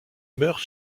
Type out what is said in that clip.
meurt